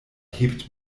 hebt